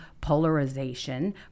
polarization